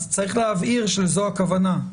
אז צריך להבהיר שזאת הכוונה.